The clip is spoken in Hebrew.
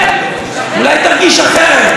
אולי תרגיש אחרת,